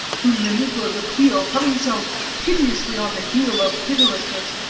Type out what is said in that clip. whom the negro's appeal, coming so piteously on the heel of pitilessness,